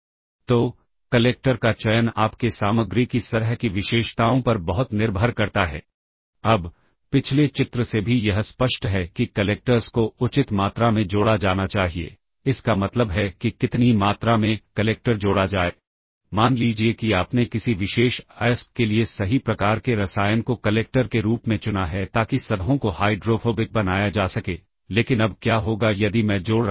4003 की वैल्यू को स्टैक में पुश किया जाएगा तो होता ऐसा है कि अगर यह स्टैक है तो वैल्यू 4003 को स्टैक में पुश किया जाएगा और जैसा कि हम जानते हैं कि यह 40 है जो की एक हायर ऑर्डर बाइट है और 03 जो की एक लोअर ऑर्डर बाइट है इसलिए स्टैक प्वाइंटर अब इस लोकेशन पर पॉइंट करेगा